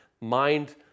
mind